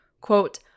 Quote